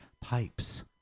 pipes